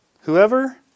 Whoever